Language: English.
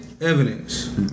Evidence